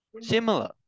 Similar